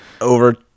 over